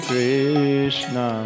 Krishna